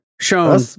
shown